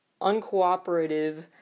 uncooperative